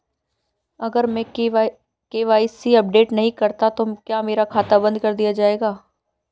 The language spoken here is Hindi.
अगर मैं के.वाई.सी अपडेट नहीं करता तो क्या मेरा खाता बंद कर दिया जाएगा?